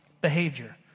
behavior